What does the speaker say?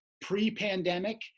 pre-pandemic